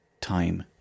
time